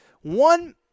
One